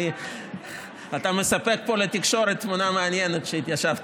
אתה מספק פה לתקשורת תמונה מעניינת שהתיישבת